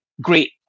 Great